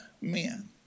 men